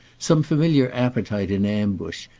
some familiar appetite in ambush,